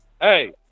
Hey